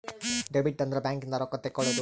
debit ಅಂದ್ರ bank ಇಂದ ರೊಕ್ಕ ತೆಕ್ಕೊಳೊದು